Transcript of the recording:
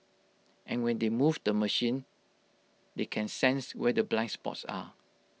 and when they move the machine they can sense where the blind spots are